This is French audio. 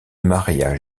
maria